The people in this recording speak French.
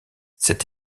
cette